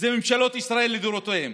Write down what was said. זה ממשלות ישראל לדורותיהן,